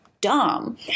Dumb